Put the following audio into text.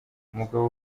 umugabo